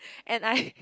and I